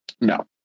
No